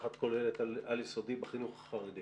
מפקחת כוללת על-יסודי בחינוך החרדי,